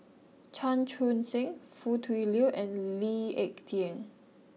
Chan Chun Sing Foo Tui Liew and Lee Ek Tieng